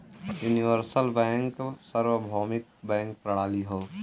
universal bank सार्वभौमिक bank प्रणाली हौ